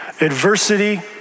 Adversity